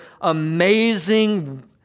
amazing